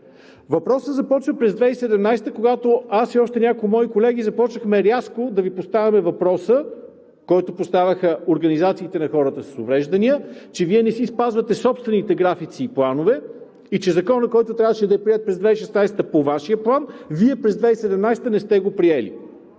Въпросът започва през 2017 г., когато аз и още няколко мои колеги започнахме рязко да Ви поставяме въпроса, който поставяха организациите на хората с увреждания, че Вие не си спазвате собствените графици и планове и че законът, който трябваше да е приет през 2016 г. по Вашия план, Вие през 2017 г. не сте го приели.